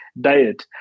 diet